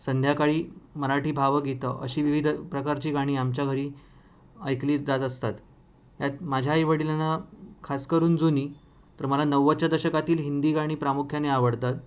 संध्याकाळी मराठी भावगीतं अशी विविध प्रकारची गाणी आमच्या घरी ऐकली जात असतात यात माझ्या आईवडिलांना खासकरून जुनी तर मला नव्वदच्या दशकातील हिंदी गाणी प्रामुख्याने आवडतात